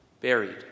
buried